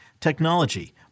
technology